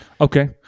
Okay